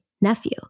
nephew